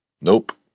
Nope